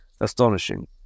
astonishing